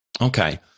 Okay